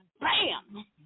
bam